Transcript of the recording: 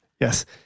Yes